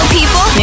people